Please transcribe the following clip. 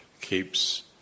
keeps